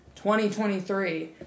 2023